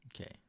Okay